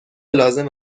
لازم